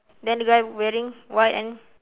then the guy wearing white and